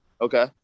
Okay